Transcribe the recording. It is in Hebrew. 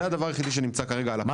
זה הדבר היחיד שנמצא כרגע על השולחן.